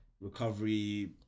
recovery